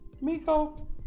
Miko